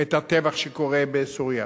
את הטבח שקורה בסוריה.